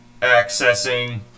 Accessing